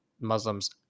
Muslims